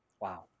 Wow